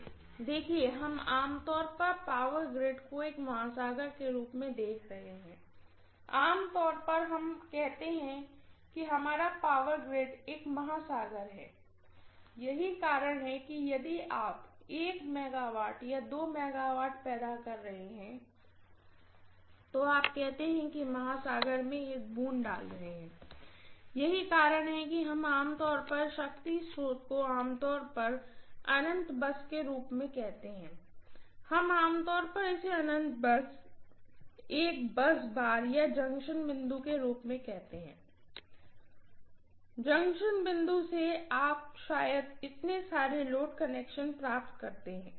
professor देखिए हम आम तौर पर पावर ग्रिड को एक महासागर के रूप में देख रहे हैं आम तौर पर हम कहते हैं कि हमारा पावर ग्रिड एक महासागर है यही कारण है कि यदि आप केवल 1 MW या 2 MW पैदा कर रहे हैं तो आप कहते हैं कि आप महासागर में एक बूंद डाल रहे हैं यही कारण है कि हम आम तौर पर शक्ति स्रोत को आमतौर पर अनंत बस के रूप में कहते हैं हम आम तौर पर इसे अनंत बस एक बस बार या जंक्शन बिंदु के रूप में कहते हैं जंक्शन बिंदु से आप शायद इतने सारे लोड कनेक्शन प्राप्त करते हैं